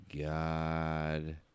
god